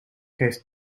heeft